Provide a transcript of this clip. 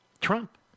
Trump